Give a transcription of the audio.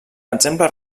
exemple